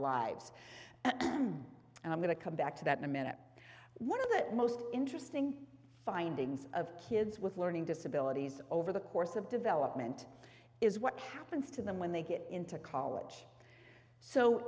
lives and i'm going to come back to that in a minute one of the most interesting findings of kids with learning disabilities over the course of development is what happens to them when they get into college so